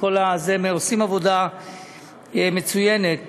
עושים עבודה מצוינת